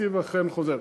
שהתקציב אכן חוזר.